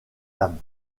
dames